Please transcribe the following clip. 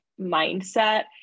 mindset